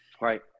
right